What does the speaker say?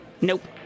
nope